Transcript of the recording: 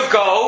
go